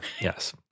yes